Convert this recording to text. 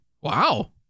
Wow